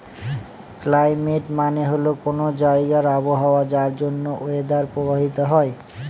climate মানে হল কোনো জায়গার আবহাওয়া যার জন্য ওয়েদার প্রভাবিত হয়